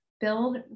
build